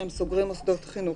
שלפיו הם סוגרים מוסדות חינוך.